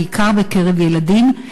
ובעיקר בקרב ילדים,